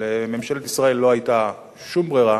לממשלת ישראל לא היתה שום ברירה